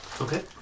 Okay